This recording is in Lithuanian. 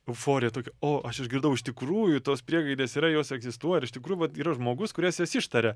euforija tokia o aš išgirdau iš tikrųjų tos priegaidės yra jos egzistuoja ir iš tikrųjų vat yra žmogus kurias jas ištaria